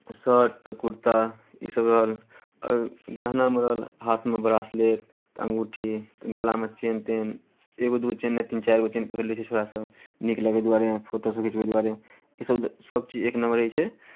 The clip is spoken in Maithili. शर्ट तऽ कुर्ता इसभ रहल आओर गहनामे रहल हाथमे ब्रासलेट तऽ अङ्गूठी तऽ गलामे चेन तेन एगो दू गो चेन नहि तीन चारि गो चेन पहिर लैत छै छौड़ासभ नीक लगय दुआरे फोटोसभ घिचबय दुआरे इसभ सभचीज एक नंबर रहैत छै